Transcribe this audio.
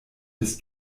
bis